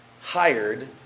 hired